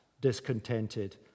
discontented